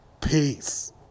Peace